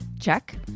check